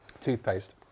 toothpaste